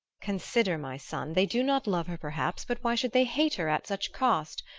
consider, my son. they do not love her, perhaps but why should they hate her at such cost?